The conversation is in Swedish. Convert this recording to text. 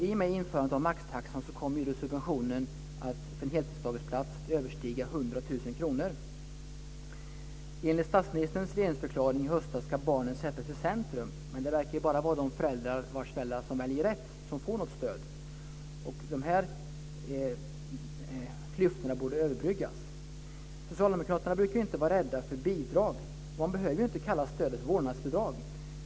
I och med införandet av maxtaxan kommer subventionen för en heltidsdagisplats att överstiga 100 000 Enligt statsministerns regeringsförklaring i höstas ska barnen sättas i centrum, men det verkar bara vara de barn vars föräldrar väljer rätt som får något stöd. Dessa klyftor borde överbryggas. Socialdemokraterna brukar inte vara rädda för bidrag. Man behöver inte kalla stödet vårdnadsbidrag.